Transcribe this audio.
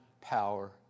power